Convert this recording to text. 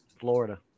Florida